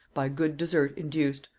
by good desert induced,